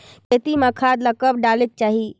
खेती म खाद ला कब डालेक चाही?